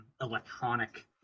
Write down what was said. electronic